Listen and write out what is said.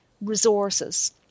resources